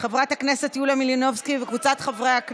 חוק הצעת חוק החולה הנוטה למות